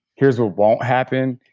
here's what won't happen.